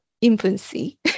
infancy